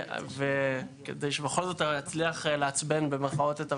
כדי שבכל זאת אני אצליח "לעצבן" את הוועדה,